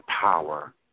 power